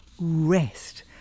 rest